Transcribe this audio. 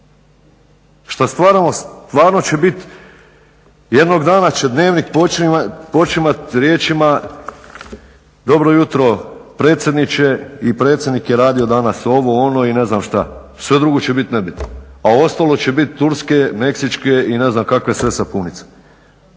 Što stvarno će biti, jednog dana će dnevnik počinjati riječima "Dobro jutro, predsjedniče" i "Predsjednik je radio danas ovo, ono" i ne znam što, sve drugo će biti nebitno, a ostalo će biti turske, meksičke i ne znam kakve sve sapunice.